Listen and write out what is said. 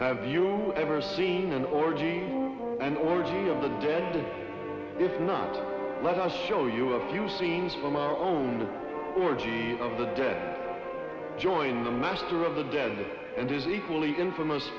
have you ever seen an orgy an orgy of the dead if not let us show you a few scenes from our own orgies of the dead join the master of the dead and is equally infamous